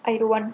I don't want